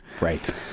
right